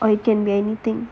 or it can be anything